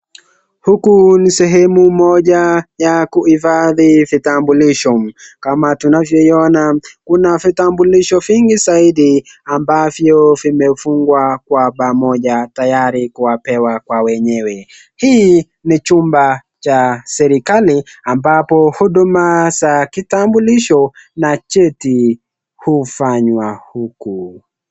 Huku ni sehemu moja ya kuhifadhi vitambulisho. Kama tunavyoiona kuna vitambulisho vingi zaidi ambavyo vimefungwa kwa pamoja tayari kuwapewa kwa wenyewe. Hii ni chumba cha serikali ambapo huduma za kitambulisho na cheti hufanywa huku.